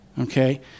okay